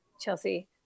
Chelsea